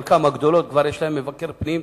לחלקן, לגדולות, יש כבר מבקר פנים.